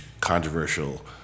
controversial